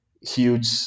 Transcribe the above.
huge